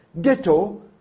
Ditto